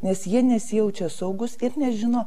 nes jie nesijaučia saugūs ir nežino